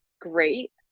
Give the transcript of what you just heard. great